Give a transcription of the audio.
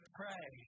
pray